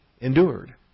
endured